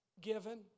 given